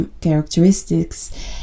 characteristics